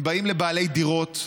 הם באים לבעלי דירות,